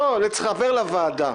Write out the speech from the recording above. לא, חבר לוועדה.